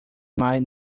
might